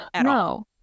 no